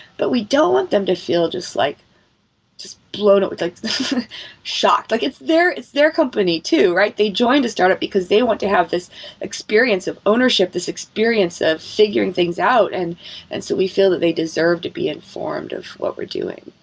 but we don't want them to feel just like just blown up with shock. like it's their it's their company too, right? they joined the startup, because they want to have this experience of ownership, this experience of figuring things out. and and so we feel that they deserve to be informed of what we're doing,